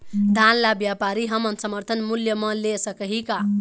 धान ला व्यापारी हमन समर्थन मूल्य म ले सकही का?